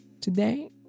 Today